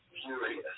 furious